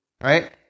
right